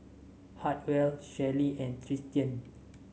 Hartwell Shelly and Tristian